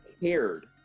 cared